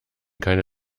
keine